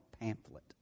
pamphlet